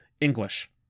English